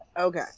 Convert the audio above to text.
Okay